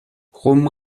rum